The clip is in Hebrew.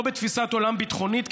לא בתפיסת עולם ביטחונית,